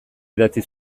idatzi